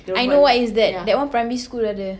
I know what is that that one primary school ada